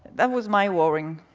that was my morning.